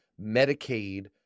Medicaid